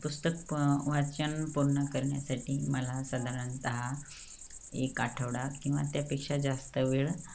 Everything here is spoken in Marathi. पुस्तक वाचन पूर्ण करण्यासाठी मला साधारणतः एक आठवडा किंवा त्यापेक्षा जास्त वेळ